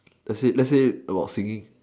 let's say about singing